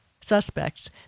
suspects